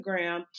Instagram